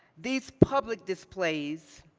these public displays